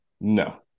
No